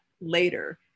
later